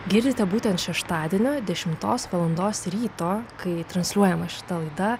girdite būtent šeštadienio dešimtos valandos ryto kai transliuojama šita laida